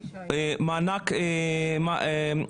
מי נגד, מי נמנע?